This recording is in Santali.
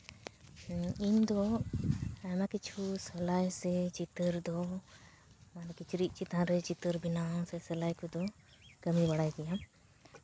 ᱤᱧ ᱫᱚ ᱟᱭᱢᱟ ᱠᱤᱪᱷᱩ ᱥᱮᱞᱟᱭ ᱥᱮ ᱪᱤᱛᱟᱹᱨ ᱫᱚ ᱟᱨ ᱠᱤᱪᱨᱤᱪ ᱪᱮᱛᱟᱱ ᱨᱮ ᱪᱤᱛᱟᱹᱨ ᱵᱮᱱᱟᱣ ᱥᱮ ᱥᱮᱞᱟᱭ ᱠᱚᱫᱚ ᱠᱟᱹᱢᱤ ᱵᱟᱲᱟᱭ ᱜᱮᱭᱟ